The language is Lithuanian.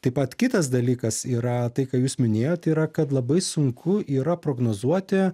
taip pat kitas dalykas yra tai ką jūs minėjot yra kad labai sunku yra prognozuoti